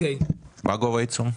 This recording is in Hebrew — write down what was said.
מה גובה העיצום?